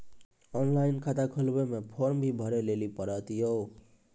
Online खाता खोलवे मे फोर्म भी भरे लेली पड़त यो?